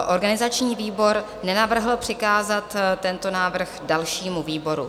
Organizační výbor nenavrhl přikázat tento návrh dalšímu výboru.